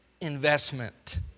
investment